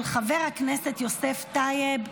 של חבר הכנסת יוסף טייב,